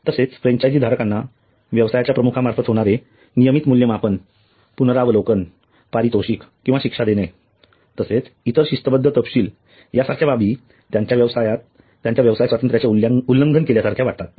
तसेच फ्रँचायझी धारकांना व्यवसायाच्या प्रमुखां मार्फत होणारे नियमित मूल्यमापन पुनरावलोकन पारितोषिक किंवा शिक्षा देणे तसेच इतर शिस्तबद्ध तपशील यासारख्या बाबी त्यांच्या व्यवसाय स्वातंत्र्याचे उल्लंघन केल्यासारख्या वाटतात